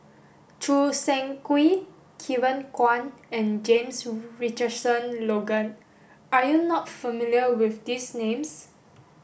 Choo Seng Quee Kevin Kwan and James Richardson Logan are you not familiar with these names